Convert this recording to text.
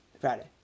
Friday